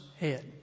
head